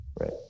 Right